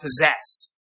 possessed